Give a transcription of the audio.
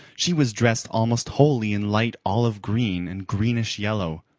she was dressed almost wholly in light olive-green and greenish-yellow.